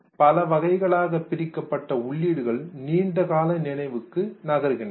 பல வகைகளாக பிரிக்கப்பட்டு உள்ளீடுகள் நீண்டகால நினைவுக்கு நகர்கின்றது